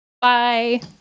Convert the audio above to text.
Bye